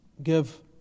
Give